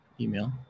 email